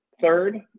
Third